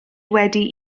wedi